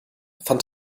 fand